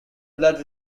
blood